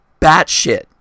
batshit